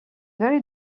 very